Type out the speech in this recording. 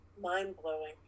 mind-blowing